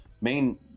main